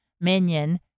minion